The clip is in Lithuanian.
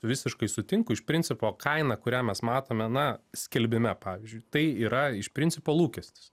visiškai sutinku iš principo kaina kurią mes matome na skelbime pavyzdžiui tai yra iš principo lūkestis